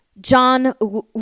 John